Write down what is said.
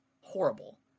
Horrible